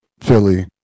Philly